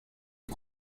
est